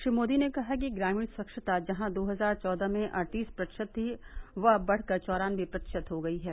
श्री मोदी ने कहा कि ग्रामीण स्वच्छता जहां दो हजार चौदह में अड़तीस प्रतिशत थी वह अब बढ़कर चौरान्नबे प्रतिशत हो गयी है